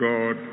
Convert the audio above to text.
God